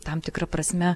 tam tikra prasme